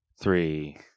three